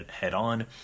head-on